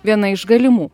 viena iš galimų